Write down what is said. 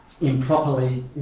improperly